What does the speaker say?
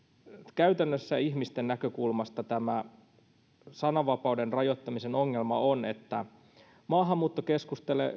käytännössä ihmisten näkökulmasta tämä sananvapauden rajoittamisen ongelma on se että maahanmuuttokeskusteluun